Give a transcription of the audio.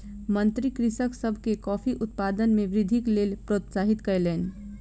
मंत्री कृषक सभ के कॉफ़ी उत्पादन मे वृद्धिक लेल प्रोत्साहित कयलैन